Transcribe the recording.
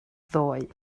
ddoe